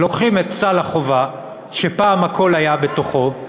לוקחים את סל החובה, שפעם הכול היה בתוכו,